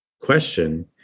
question